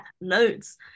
loads